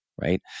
right